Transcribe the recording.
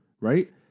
Right